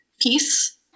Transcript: peace